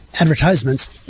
advertisements